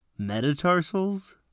Metatarsals